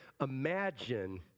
imagine